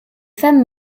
femme